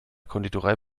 konditorei